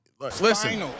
listen